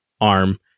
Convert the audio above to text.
ARM